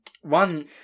One